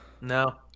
No